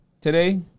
Today